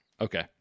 Okay